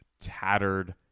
tattered